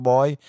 Boy